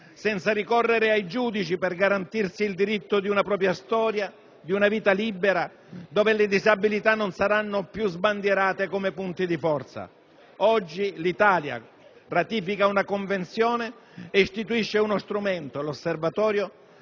senza ricorrere ai giudici per garantirsi il diritto di una propria storia, di una vita libera, dove le disabilità non saranno più sbandierate come punti di forza. Oggi l'Italia ratifica una Convenzione ed istituisce uno strumento - l'Osservatorio